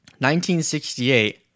1968